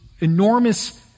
enormous